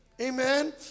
Amen